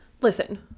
Listen